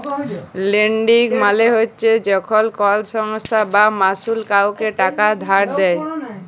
lending মালে চ্ছ যখল কল সংস্থা বা মালুস কাওকে টাকা ধার দেয়